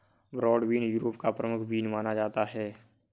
broad bean Europe का प्रमुख bean माना जाता है